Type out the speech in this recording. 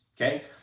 okay